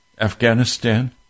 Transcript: afghanistan